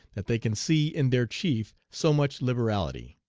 that they can see in their chief so much liberality!